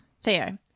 Theo